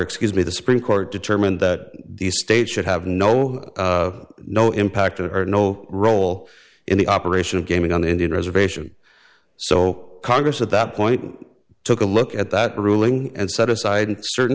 excuse me the supreme court determined that the state should have no no impact on her no role in the operation of gaming on the indian reservation so congress at that point took a look at that ruling and set aside certain